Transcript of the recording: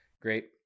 great